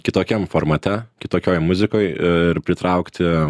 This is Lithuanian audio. kitokiam formate kitokioj muzikoj ir pritraukti